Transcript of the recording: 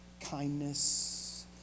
kindness